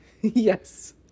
Yes